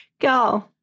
go